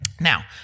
Now